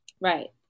Right